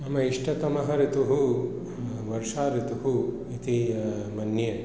मम इष्टतमः ऋतुः वर्षा ऋतुः इति मन्ये